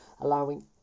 allowing